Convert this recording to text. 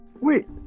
Wait